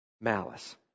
Malice